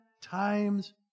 times